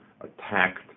attacked